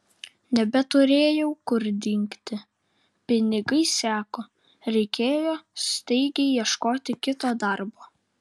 nebeturėjau kur dingti pinigai seko reikėjo staigiai ieškoti kito darbo